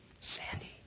Sandy